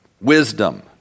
wisdom